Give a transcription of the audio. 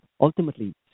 ultimately